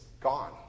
gone